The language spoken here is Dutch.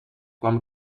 kwam